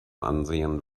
ansehen